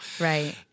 Right